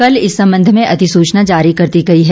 कल इस सम्बंध में अधिसूचना जारी कर दी गई है